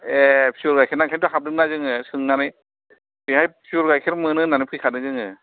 ए पिय'र गाइखेरना बेनिखायनोथ' हाबदोंना जोङो सोंनानै बेवहाय पिय'र गाइखेर मोनो होननानै फैखादों जोङो